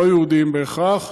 לא יהודיים בהכרח,